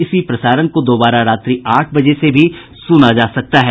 इसी प्रसारण को दोबारा रात्रि आठ बजे से भी सुना जा सकता है